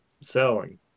selling